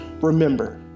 Remember